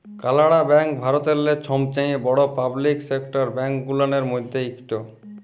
কালাড়া ব্যাংক ভারতেল্লে ছবচাঁয়ে বড় পাবলিক সেকটার ব্যাংক গুলানের ম্যধে ইকট